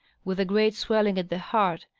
with a great swelling at the heart,